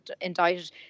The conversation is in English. indicted